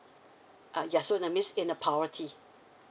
uh yeah so that means in the poverty